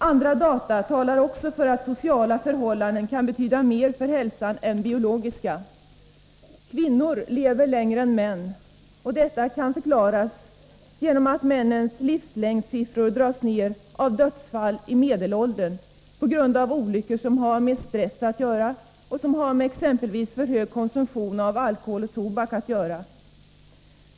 Andra data talar för att sociala förhållanden kan betyda mer för hälsan än biologiska. Kvinnor lever längre än män, och detta kan förklaras genom att männens livslängdssiffror dras ner av dödsfall i medelåldern på grund av olyckor som har med stress och exempelvis för hög konsumtion av alkohol och tobak att göra.